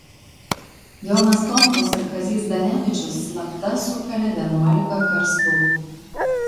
jonas tomkus ir kazys zdanevičius slapta sukalė vienuolika karstų